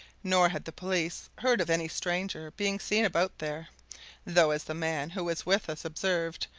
nor had the police heard of any stranger being seen about there though, as the man who was with us observed,